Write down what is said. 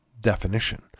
definition